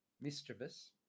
mischievous